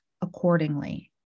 accordingly